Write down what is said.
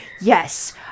yes